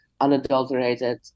unadulterated